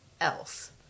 else